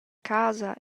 casa